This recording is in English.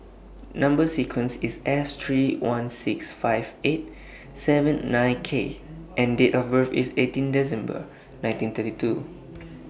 Number sequence IS S three one six five eight seven nine K and Date of birth IS eighteen December nineteen thirty two